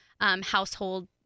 household